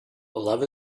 love